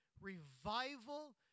revival